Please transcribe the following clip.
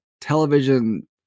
television